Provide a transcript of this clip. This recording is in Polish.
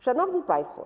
Szanowni Państwo!